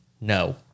No